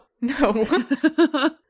no